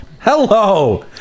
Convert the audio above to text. Hello